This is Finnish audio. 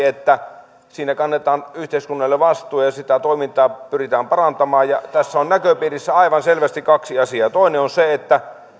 että siinä kannetaan yhteiskunnallinen vastuu ja ja sitä toimintaa pyritään parantamaan tässä on näköpiirissä aivan selvästi kaksi asiaa toinen on se että